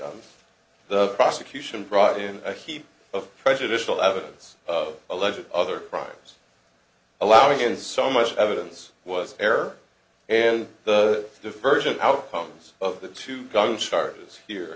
handguns the prosecution brought in a heap of prejudicial evidence of alleged other crimes allowing in so much evidence was air and the diversion outcomes of the two young charges here